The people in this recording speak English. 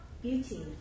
Beauty